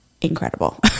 incredible